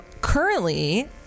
currently